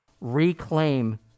reclaim